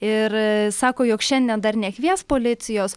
ir sako jog šiandien dar nekvies policijos